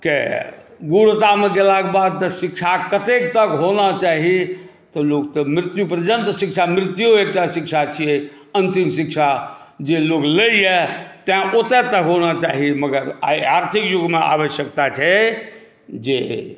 के गूढ़तामे गेलाके बाद तऽ शिक्षा कतेक तक होना चाही तऽ लोक तऽ मृत्यु पर्यन्त शिक्षा मृत्यु एकटा शिक्षा छियै अन्तिम शिक्षा जे लोक लैए तैँ ओतय तक होना चाही मगर एहि आर्थिक युगमे आवश्यकता छै जे